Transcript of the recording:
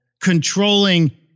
controlling